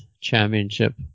championship